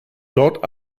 dort